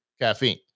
caffeine